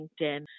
LinkedIn